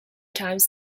times